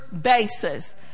basis